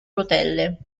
rotelle